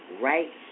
right